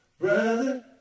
Brother